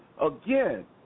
again